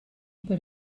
per